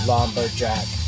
Lumberjack